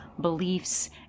beliefs